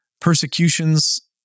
persecutions